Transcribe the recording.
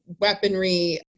weaponry